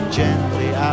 gently